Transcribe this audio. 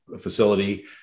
facility